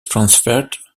transferred